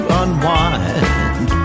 unwind